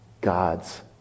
God's